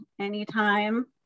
anytime